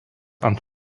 ant